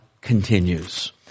continues